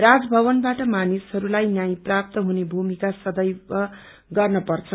राजभावनबाट मानिसहरूलाईन्स्तय प्राप्त हुने भूमिका सदेव गर्न पर्छ